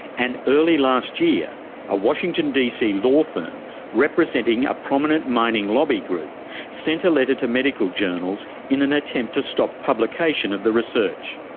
and early last year a washington dc law firm representing a prominent mining lobby group sent a letter to medical journals in an attempt to stop publication of the research.